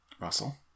Russell